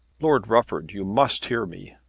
lord rufford, you must hear me.